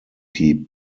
die